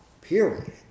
period